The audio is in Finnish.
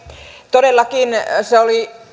todellakin se oli